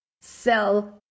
sell